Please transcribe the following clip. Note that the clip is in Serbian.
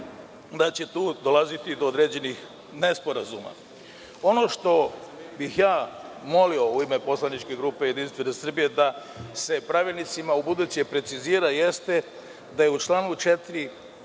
da će tu dolaziti do određenih nesporazuma. Ono što bih molio u ime poslaničke grupe JS da se pravilnicima ubuduće precizira jeste da je u članu 4.